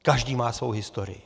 Každý má svou historii.